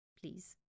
please